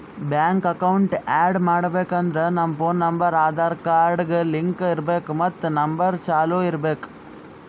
bank account add ಮಾಡ್ಬೇಕ್ ಅಂದುರ್ ನಮ್ ಫೋನ್ ನಂಬರ್ ಆಧಾರ್ ಕಾರ್ಡ್ಗ್ ಲಿಂಕ್ ಇರ್ಬೇಕ್ ಮತ್ ನಂಬರ್ ಚಾಲೂ ಇರ್ಬೇಕ್